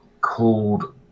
called